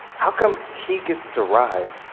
how come he gets to ride,